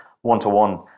one-to-one